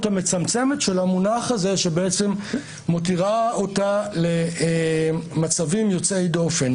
המצמצמת של המונח הזה שבעצם מותירה אותה למצבים יוצאי דופן.